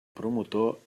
promotor